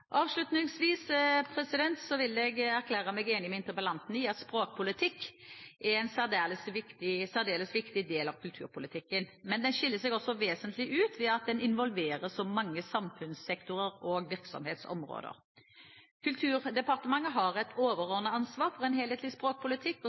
Avslutningsvis vil jeg erklære meg enig med interpellanten i at språkpolitikk er en særdeles viktig del av kulturpolitikken. Men den skiller seg også vesentlig ut ved at den involverer så mange samfunnssektorer og virksomhetsområder. Kulturdepartementet har et overordnet ansvar for en helhetlig språkpolitikk, og